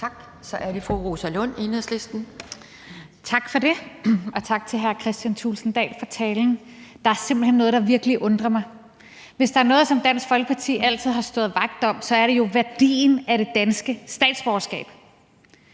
Tak for det, og tak til hr. Kristian Thulesen Dahl for talen. Der er simpelt hen noget, der virkelig undrer mig. Hvis der er noget, som Dansk Folkeparti altid har stået vagt om, er det jo værdien af det danske statsborgerskab.